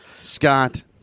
Scott